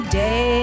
day